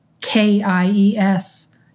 K-I-E-S